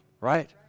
right